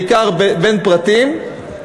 בעיקר בין פרטים.